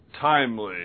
timely